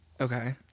Okay